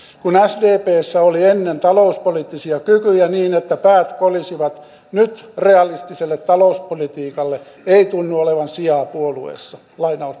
kun sdpssä oli ennen talouspoliittisia kykyjä niin että päät kolisivat nyt realistiselle talouspolitiikalle ei tunnu olevan sijaan puolueessa